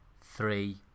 three